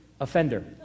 offender